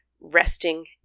resting